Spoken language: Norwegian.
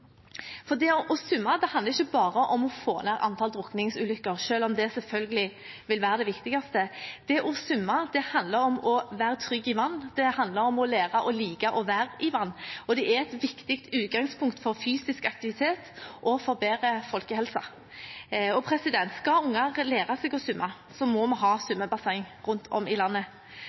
svømmeopplæring i barnehagene. Det å svømme handler ikke bare om å få ned antall drukningsulykker, selv om det selvfølgelig vil være det viktigste. Det å svømme handler om å være trygg i vann, det handler om å lære å like å være i vann, og det er et viktig utgangspunkt for fysisk aktivitet og for bedre folkehelse. Skal unger lære seg å svømme må vi ha